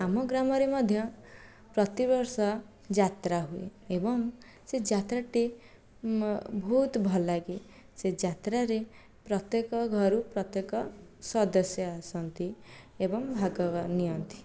ଆମ ଗ୍ରାମରେ ମଧ୍ୟ ପ୍ରତି ବର୍ଷ ଯାତ୍ରା ହୁଏ ଏବଂ ସେ ଯାତ୍ରାଟି ବହୁତ ଭଲ ଲାଗେ ସେ ଯାତ୍ରାରେ ପ୍ରତ୍ୟେକ ଘରୁ ପ୍ରତ୍ୟେକ ସଦସ୍ୟ ଆସନ୍ତି ଏବଂ ଭାଗ ନିଅନ୍ତି